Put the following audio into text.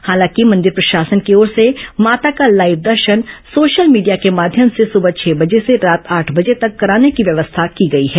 हालांकि मंदिर प्रशासन की ओर से माता का लाइव दर्शन सोशल मीडिया के माध्यम से सुबह छह बजे से रात आठ बजे तक कराने की व्यवस्था की गई है